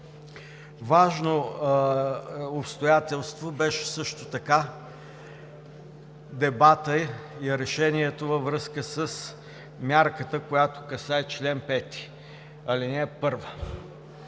Важно обстоятелство беше също така дебатът и решението във връзка с мярката, която касае чл. 5, ал. 1.